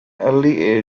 early